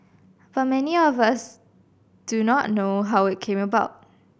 but many of us do not know how it came about